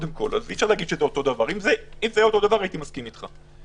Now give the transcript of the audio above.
אם זה היה אותו דבר, הייתי מסכים אתך.